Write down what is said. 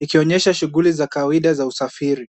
ikionyesha shughuli za kawaida za usafiri.